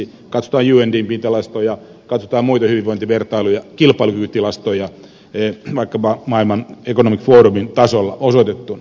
katsotaan undpn tilastoja katsotaan muita hyvinvointivertailuja kilpailukykytilastoja vaikkapa world economic forumin tasolla osoitettuna